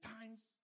times